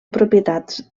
propietats